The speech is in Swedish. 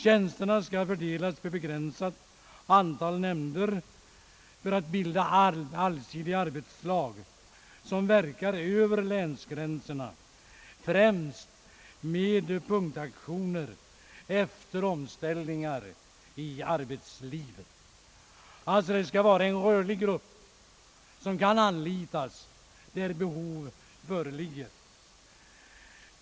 Tjänsterna skall fördelas på ett begränsat antal nämnder för att bilda allsidiga arbetslag som verkar över länsgränserna, främst med punktaktioner efter omställningar i arbetslivet. Befattningshavarna skall alltså utgöra en rörlig grupp som kan anlitas där behov föreligger.